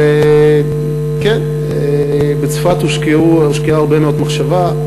כן, בצפת הושקעה הרבה מאוד מחשבה.